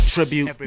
Tribute